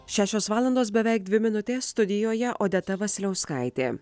šešios valandos beveik dvi minutės studijoje odeta vasiliauskaitė